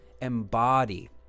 embody